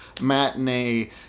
matinee